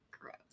Gross